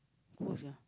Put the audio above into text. water